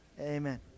Amen